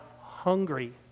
hungry